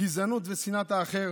גזענות ושנאת האחר